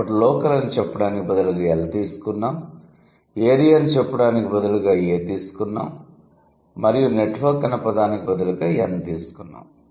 కాబట్టి లోకల్ అని చెప్పడానికి బదులుగా 'ఎల్' తీసుకున్నాము ఏరియా అని చెప్పడానికి 'ఎ' తీసుకున్నాము మరియు నెట్వర్క్ అన్న పదానికి బదులుగా 'ఎన్' తీసుకున్నాము